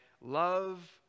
love